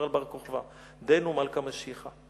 על בר-כוכבא "דין הוא מלכא משיחא",